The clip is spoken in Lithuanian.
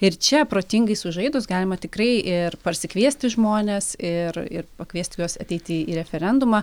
ir čia protingai sužaidus galima tikrai ir parsikviesti žmones ir ir pakviesti juos ateiti į referendumą